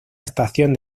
estación